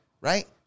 Right